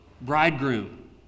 bridegroom